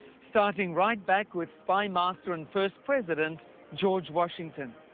starting right back with spy master and first president george washington.